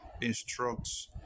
instructs